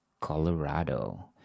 Colorado